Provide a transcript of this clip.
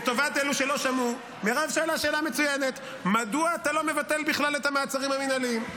אז למה אתה לא מבטל את המעצרים המינהליים?